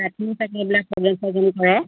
ৰাতি চাহে এইবিলাক প্ৰ'গ্ৰেম ছ'গ্ৰেম কৰে